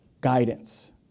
guidance